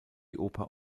oper